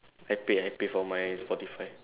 I pay I pay for my Spotify